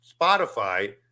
Spotify